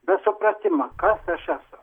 be supratimo kas aš esu